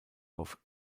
auf